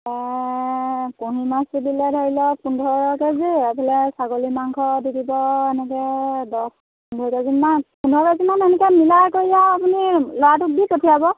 কুঢ়ি মাছটো দিলে ধৰি লওক পোন্ধৰ কে জি এইফালে ছাগলী মাংস দি দিব এনেকৈ দহ পোন্ধৰ কে জিমান পোন্ধৰ কে জিমান এনেকৈ মিলাই কৰি আৰু আপুনি ল'ৰাটোক দি পঠিয়াব